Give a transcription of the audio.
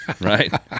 Right